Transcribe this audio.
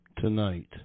Tonight